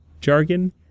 jargon